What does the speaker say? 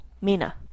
Mina